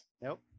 Nope